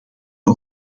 een